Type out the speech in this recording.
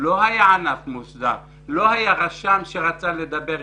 לא היה ענף מוסדר, לא היה רשם שרצה לדבר איתנו.